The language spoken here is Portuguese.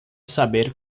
saber